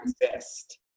exist